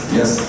yes